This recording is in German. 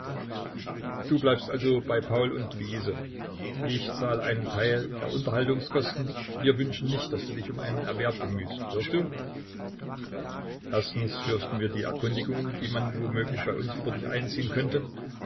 du bleibst also bei paul und luise ich zahle einen teil der unterhaltungskosten wir wünschen nicht daß du dich um einen erwerb bemühst hörst du erstens fürchten wir die erkundigungen die man womöglich bei uns über dich einziehen könnte